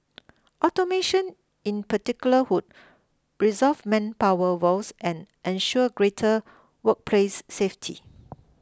automation in particular who resolve manpower woes and ensure greater workplace safety